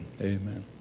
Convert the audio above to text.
Amen